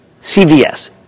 CVS